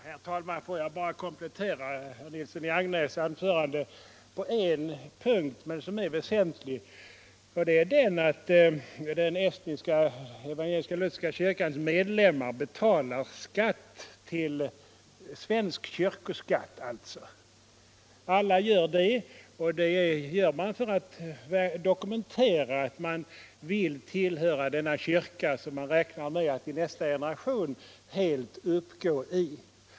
Herr talman! Får jag bara komplettera herr Nilssons i Agnäs antörande på en väsentlig punkt. Den estniska evangelisk-lutherska kyrkan betalar svensk kyrkoskatt. Det gör man för att dokumentera att man vill tillhöra den svenska kyrkan, som man räknar med att i nästa generation helt uppgå i.